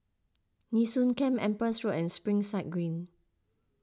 Nee Soon Camp Empress Road and Springside Green